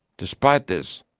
despite this,